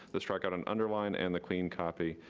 the strike out, an underlined, and the clean copy.